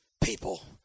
people